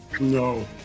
No